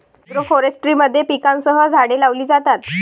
agroforestry मध्ये पिकांसह झाडे लावली जातात